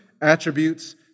attributes